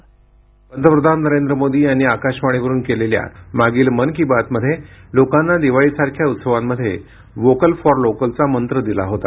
ध्वनी पंतप्रधान नरेंद्र मोदी यांनी आकाशवाणीवरुन केलेल्या मागील मन की बात मध्ये लोकांना दिवाळीसारख्या उत्सवांमध्ये वोकल फॉर लोकलचा मंत्र दिला होता